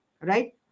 right